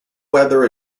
weather